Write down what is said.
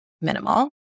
minimal